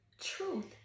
truth